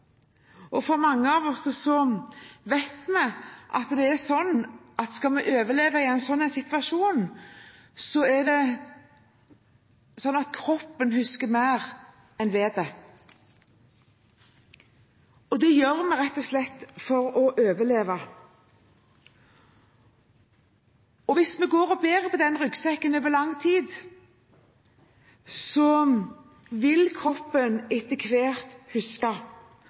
Mange av oss vet at om vi skal overleve i en sånn situasjon, er det kroppen som husker, mer enn vettet. Det gjør vi rett og slett for å overleve. Når vi har gått og båret på den ryggsekken over lang tid, vil kroppen etter hvert